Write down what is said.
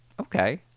Okay